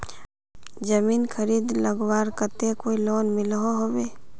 जमीन खरीद लगवार केते कोई लोन मिलोहो होबे?